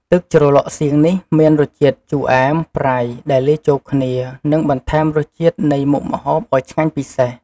ទឹកជ្រលក់សៀងនេះមានរសជាតិជូរ អែម ប្រៃ ដែលលាយចូលគ្នា និងបន្ថែមរសជាតិនៃមុខម្ហូបឱ្យឆ្ងាញ់ពិសេស។